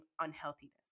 unhealthiness